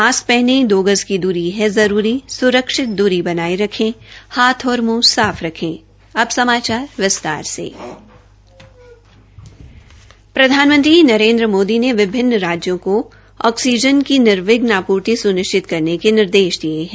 mask पहनें दो गज दूरी है जरूरी स्रक्षित दूरी बनाये रखें हाथ और मुंह साफ रखें प्रधानमंत्री नरेन्द्र मोदी ने विभिन्न राज्यों को ऑक्सीजन की निर्विघ्न आपूर्ति सुनिश्चित करने के निर्देश दिये है